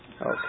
Okay